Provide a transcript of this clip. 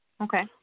Okay